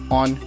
on